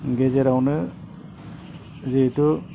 गेजेरावनो जिहेथु